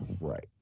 Right